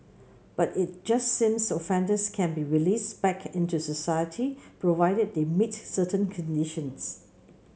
but it just sames offenders can be released back into society provided they meet certain conditions